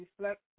reflect